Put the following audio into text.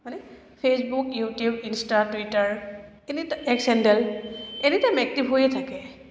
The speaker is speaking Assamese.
হয়নে Facebook YouTube Insta Twitter any এক চেণ্ডেল এনিটাইম এক্টিভ হৈয়ে থাকে